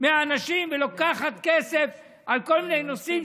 של האנשים ולוקחת כסף על כל מיני נושאים